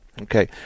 Okay